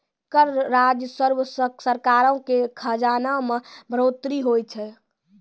कर राजस्व से सरकारो के खजाना मे बढ़ोतरी होय छै